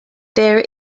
there